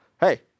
Hey